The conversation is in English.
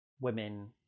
women